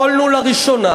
יכולנו לראשונה,